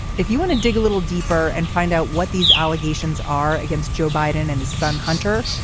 if you want to dig a little deeper and find out what these allegations are against joe biden and his son hunter.